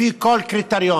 לפי כל קריטריון.